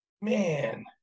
Man